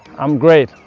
i'm great!